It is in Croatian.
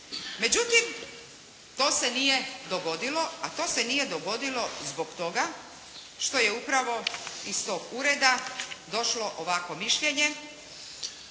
Međutim, to se nije dogodilo, a to se nije dogodilo zbog toga što je upravo iz tog ureda došlo ovakvo mišljenje